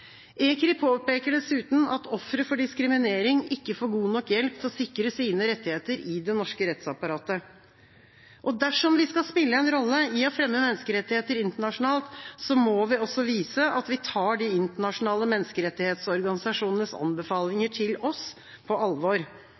påpeker dessuten at ofre for diskriminering ikke får god nok hjelp til å sikre sine rettigheter i det norske rettsapparatet. Dersom vi skal spille en rolle i å fremme menneskerettigheter internasjonalt, må vi også vise at vi tar de internasjonale menneskerettighetsorganisasjonenes anbefalinger til oss på alvor.